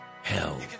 Hell